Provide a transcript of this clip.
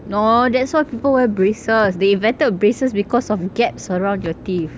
no that's why people wear braces they invented braces because of gaps around your teeth